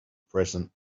present